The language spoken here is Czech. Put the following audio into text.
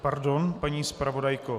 Pardon, paní zpravodajko.